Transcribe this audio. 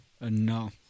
No